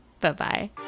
Bye-bye